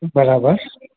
બરાબર